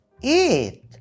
eat